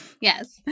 Yes